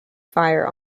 fire